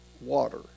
water